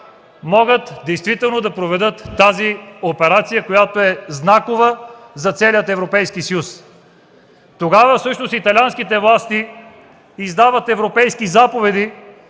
могат действително да проведат тези операция, която е знакова за целия Европейски съюз. Тогава всъщност италианските власти издават европейски заповеди